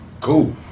cool